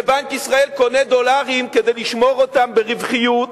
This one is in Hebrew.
ובנק ישראל קונה דולרים כדי לשמור אותם ברווחיות.